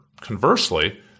Conversely